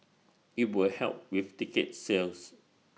IT will help with ticket sales